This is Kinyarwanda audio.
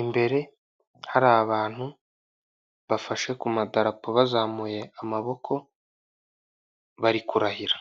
imbere hari abantu bafashe ku madarapo bazamuye amaboko bari kurahira.